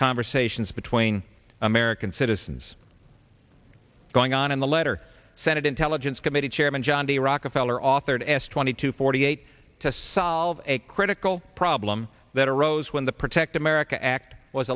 conversations between american citizens going on in the letter senate intelligence committee chairman john d rockefeller authored s twenty two forty eight to solve a critical problem that arose when the protect america act was